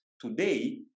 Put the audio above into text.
today